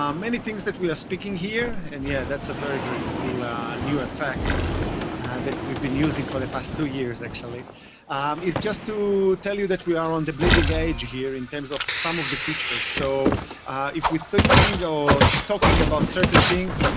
um many things that we are speaking here and yeah, that's a very, very cool ah new effect that we've been using for the past two years, actually is just to tell you that we are on the bleeding edge here in terms of some of the features. so if we're thinking or talking about certain things,